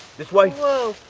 this way? whoa,